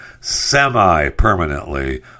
semi-permanently